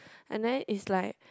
and then is like